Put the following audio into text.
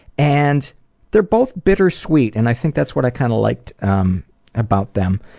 and they're both bittersweet. and i think that's what i kind of liked um about them.